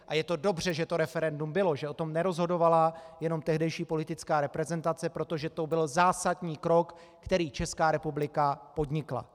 A je to dobře, že to referendum bylo, že o tom nerozhodovala jenom tehdejší politická reprezentace, protože to byl zásadní krok, který Česká republika podnikla.